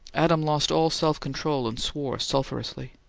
adam lost all self-control and swore sulphurously.